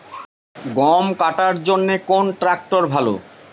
গম কাটার জন্যে কোন ট্র্যাক্টর ভালো?